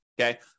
Okay